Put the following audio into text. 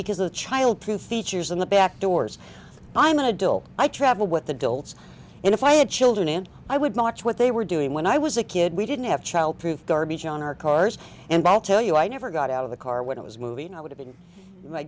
because the child who features in the back doors i'm an adult i travel what the delts and if i had children and i would watch what they were doing when i was a kid we didn't have child proof garbage on our cars and i'll tell you i never got out of the car when it was moving and i would have been my